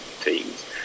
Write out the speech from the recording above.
teams